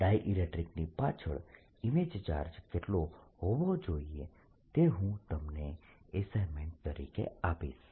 ડાયઇલેક્ટ્રીકની પાછળ image charge કેટલો હોવો જોઈએ તે હું તમને એસાઇન્મેન્ટ તરીકે આપીશ